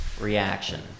reaction